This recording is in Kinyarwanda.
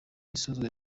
isozwa